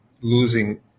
losing